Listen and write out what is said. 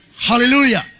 Hallelujah